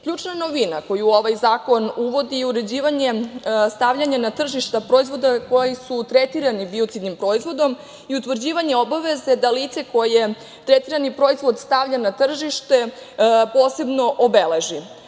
sredinu. Ključna novina koju ovaj zakon uvodi je uređivanje stavljanja na tržište proizvoda koji su tretirani biocidnim proizvodom i utvrđivanje obaveze da lice koje tretirani proizvod stavlja na tržište posebno obeleži.